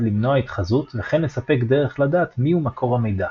למנוע התחזות וכן לספק דרך לדעת מיהו מקור המידע,